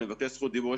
אני מבקש זכות דיבור.